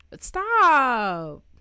stop